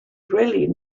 really